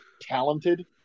talented